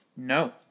No